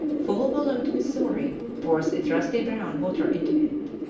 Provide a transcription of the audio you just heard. full-volumed missouri pours its rusty brown water into it.